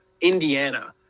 Indiana